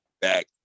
Back